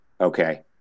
Okay